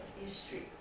history